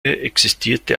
existierte